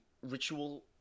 ritual